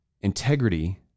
integrity